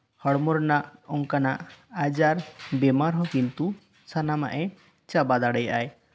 ᱦᱚᱲᱢᱚ ᱨᱮᱱᱟᱜ ᱚᱝᱠᱟᱱᱟᱜ ᱟᱡᱟᱨ ᱵᱤᱢᱟᱨ ᱦᱚᱸ ᱠᱤᱱᱛᱩ ᱥᱟᱱᱟᱢᱟᱜ ᱜᱮᱭ ᱪᱟᱵᱟ ᱫᱟᱲᱮᱭᱟᱜᱼᱟᱭ